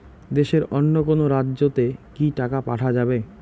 দেশের অন্য কোনো রাজ্য তে কি টাকা পাঠা যাবে?